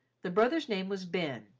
the brother's name was ben,